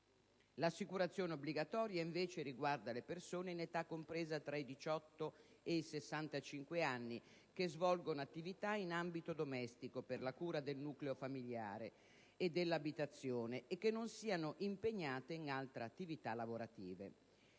L'assicurazione obbligatoria, invece, riguarda le persone in età compresa tra i 18 e i 65 anni che svolgono attività in ambito domestico per la cura del nucleo familiare e dell'abitazione e che non siano impegnate in altra attività lavorativa.